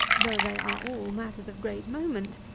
though they are all matters of great moment,